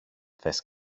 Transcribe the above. θες